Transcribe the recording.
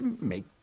make